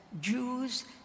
Jews